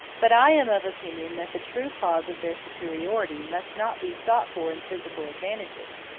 but i am of opinion that the true cause of their superiority must not be sought for in physical advantages,